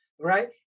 right